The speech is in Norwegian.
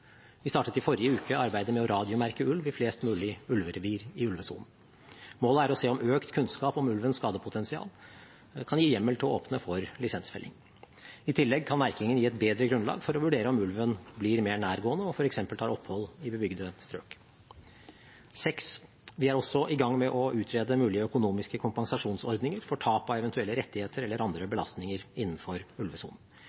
Vi startet i forrige uke arbeidet med å radiomerke ulv i flest mulige ulverevir i ulvesonen. Målet er å se om økt kunnskap om ulvens skadepotensial kan gi hjemmel for å åpne for lisensfelling. I tillegg kan merkingen gi et bedre grunnlag for å vurdere om ulven blir mer nærgående og f.eks. tar opphold i bebygde strøk. Vi er også i gang med å utrede mulige økonomiske kompensasjonsordninger for tap av eventuelle rettigheter eller andre